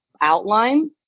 outline